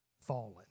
fallen